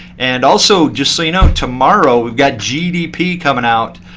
and also, just so you know, tomorrow, we've got gdp coming out.